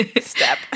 step